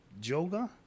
Joga